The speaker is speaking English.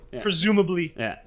Presumably